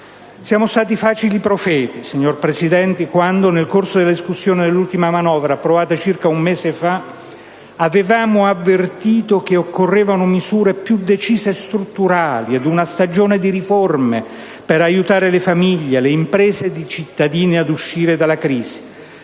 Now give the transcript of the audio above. Siamo stati facili profeti, signor Presidente, quando nel corso della discussione dell'ultima manovra, approvata circa un mese fa, avevamo avvertito che occorrevano misure più decise e strutturali ed una stagione di riforme per aiutare le famiglie, le imprese ed i cittadini ad uscire dalla crisi.